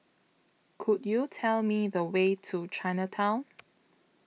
Could YOU Tell Me The Way to Chinatown